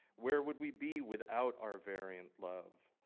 where would we be without our variant love.